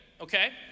okay